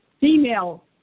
female